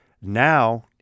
Now